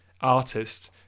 artist